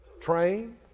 Train